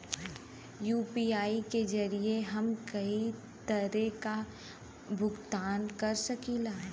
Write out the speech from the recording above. UPI के जरिये हम कई तरे क भुगतान कर सकीला